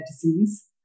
disease